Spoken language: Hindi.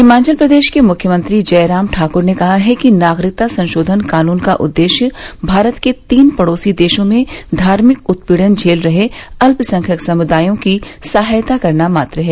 हिमाचल प्रदेश के मुख्यमंत्री जयराम ठाकूर ने कहा है कि नागरिकता संशोधन कानून का उद्देश्य भारत के तीन पड़ोसी देशों में धार्मिक उत्पीड़न झेल रहे अत्यसंख्यक समुदायों की सहायता करना मात्र है